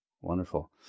wonderful